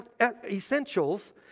essentials